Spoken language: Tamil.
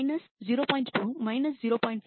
2 0